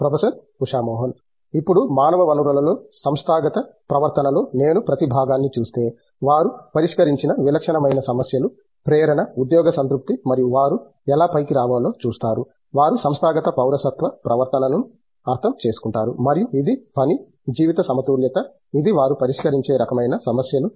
professor Usha Mohan ఇప్పుడు మానవ వనరుల లో సంస్థాగత ప్రవర్తన లో నేను ప్రతి భాగాన్ని చూస్తే వారు పరిష్కరించిన విలక్షణమైన సమస్యలు ప్రేరణ ఉద్యోగ సంతృప్తి మరియు వారు ఎలా పైకి రావాలో చూస్తారు వారు సంస్థాగత పౌరసత్వ ప్రవర్తనను అర్థం చేసుకుంటారు మరియు ఇది పని జీవిత సమతుల్యత ఇది వారు పరిష్కరించే రకమైన సమస్యలు